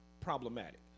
problematic